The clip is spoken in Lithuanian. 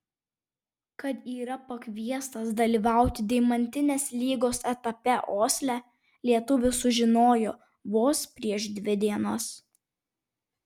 kad yra pakviestas dalyvauti deimantinės lygos etape osle lietuvis sužinojo vos prieš dvi dienas